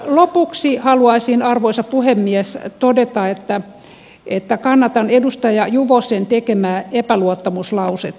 lopuksi haluaisin arvoisa puhemies todeta että kannatan edustaja juvosen tekemää epäluottamuslausetta hallitukselle